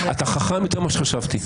אתה חכם יותר ממה שחשבתי...